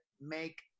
make